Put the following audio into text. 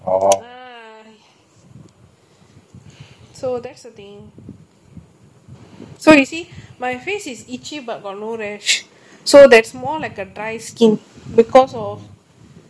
so that's the main so you see my face is itchy but got no rash so that's more like a dry skin because of it's super dry my goodness